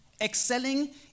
excelling